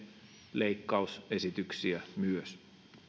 leikkausesityksiä myös